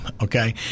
okay